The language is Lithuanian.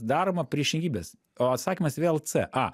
daroma priešingybės o atsakymas vėl c a